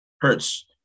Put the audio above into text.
Hurts